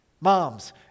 Moms